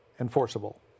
enforceable